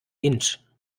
inch